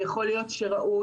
ויכול להיות שראוי,